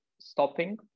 stopping